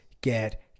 get